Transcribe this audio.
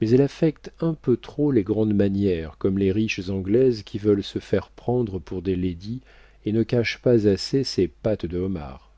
mais elle affecte un peu trop les grandes manières comme les riches anglaises qui veulent se faire prendre pour des ladies et ne cache pas assez ses pattes de homard